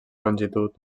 longitud